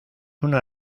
una